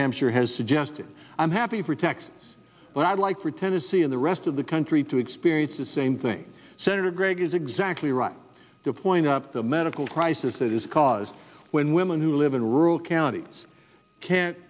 hampshire has suggested i'm happy for texas but i'd like for tennessee and the rest of the country to experience the same thing senator gregg is exactly right to point up the medical crisis that is caused when women who live in rural counties can't